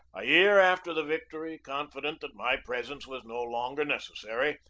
a year after the victory, confident that my pres ence was no longer necessary,